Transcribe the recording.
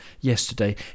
yesterday